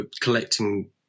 collecting